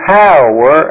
power